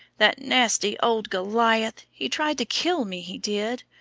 that nasty old goliath! he tried to kill me, he did!